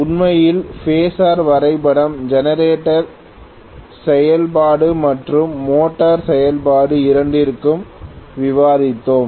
உண்மையில் பேஸர் வரைபடம் ஜெனரேட்டர் செயல்பாடு மற்றும் மோட்டார் செயல்பாடு இரண்டிற்கும் விவாதித்தோம்